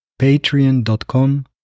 patreon.com